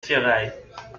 ferrailles